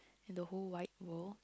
the whole wide world